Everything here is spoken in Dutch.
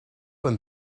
een